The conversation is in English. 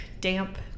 damp